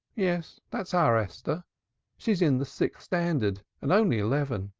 yes, that's our esther she's in the sixth standard and only eleven.